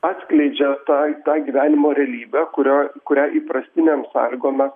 atskleidžia tą tą gyvenimo realybę kurioj kurią įprastinėm sąlygom mes